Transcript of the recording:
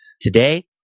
today